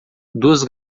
duas